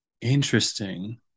Interesting